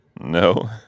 No